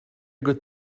good